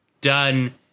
done